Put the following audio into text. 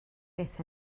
fyth